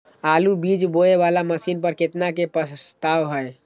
आलु बीज बोये वाला मशीन पर केतना के प्रस्ताव हय?